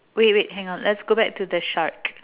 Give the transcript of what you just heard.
wait wait hang on let's go back to the shark